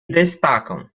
destacam